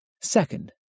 Second